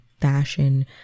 fashion